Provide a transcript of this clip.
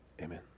Amen